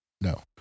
No